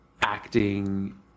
acting